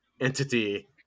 entity